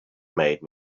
made